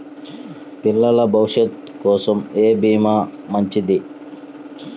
పిల్లల భవిష్యత్ కోసం ఏ భీమా మంచిది?